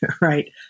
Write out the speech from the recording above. right